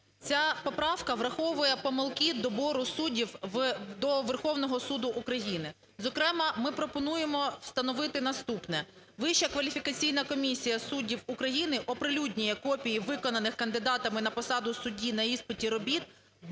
Ця поправка враховує помилки добору суддів до Верховного Суду України. Зокрема, ми пропонуємо встановити наступне. Вища кваліфікаційна комісія суддів України оприлюднює копії виконаних кандидатами на посаду судді на іспиті робіт бали